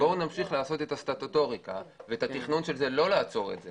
בואו נמשיך לעשות סטטוטוריקה ואת התכנון של זה ולא לעצור את זה.